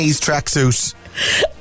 tracksuit